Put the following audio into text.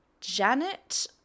Janet